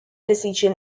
decision